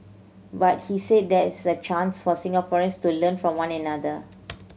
but he said there is a chance for Singaporeans to learn from one another